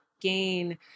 gain